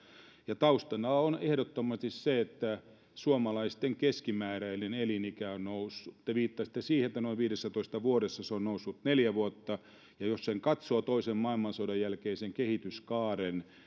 taustana on ehdottomasti se että suomalaisten keskimääräinen elinikä on noussut te viittasitte siihen että noin viidessätoista vuodessa se on noussut neljä vuotta ja jos katsoo toisen maailmansodan jälkeistä kehityskaarta